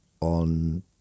on